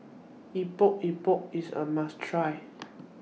Epok Epok IS A must Try